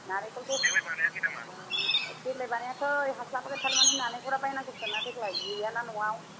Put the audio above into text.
नालेंखरखौ देग्लाय बानायाखै नामा देग्लाय बानायाखै हास्लाबाखै थारमाने नालेंखरा बायनांगौसोना देग्लाय गैया ना न'आव